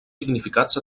significats